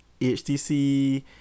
HTC